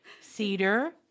Cedar